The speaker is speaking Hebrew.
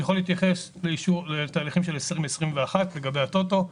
אני יכול להתייחס לתהליכים של 2021 לגבי הטוטו.